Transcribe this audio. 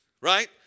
right